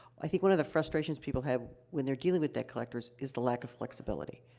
i think one of the frustrations people have when they're dealing with debt collectors is the lack of flexibility,